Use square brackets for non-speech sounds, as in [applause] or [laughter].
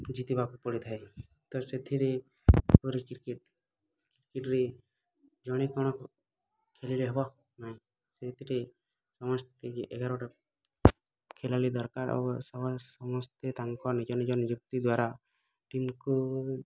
ଜିତିବାକୁ ପଡ଼ିଥାଏ ତ ସେଥିରେ ଯେପରି [unintelligible] ରେ ଜଣେ କ'ଣ ଖେଳିଲେ ହବ ନାଇ ସେଇଥିରେ ସମସ୍ତିଙ୍କି ଏଗାରଟା ଖେଳାଳି ଦରକାର୍ ଆଉ ସମସ୍ତେ ତାଙ୍କ ନିଜ ନିଜ ନିଯୁକ୍ତି ଦ୍ୱାରା ଟିମ୍କୁ